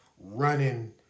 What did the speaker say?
running